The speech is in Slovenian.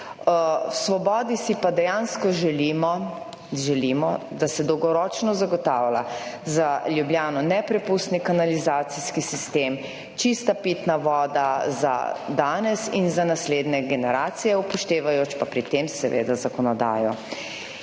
V Svobodi si pa dejansko želimo, želimo, da se dolgoročno zagotavlja za Ljubljano neprepustni kanalizacijski sistem, čista pitna voda za danes in za naslednje generacije upoštevajoč pa pri tem seveda zakonodajo.